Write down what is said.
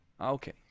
Okay